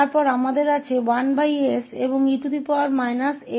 फिर हमारे पास 1s और e sa है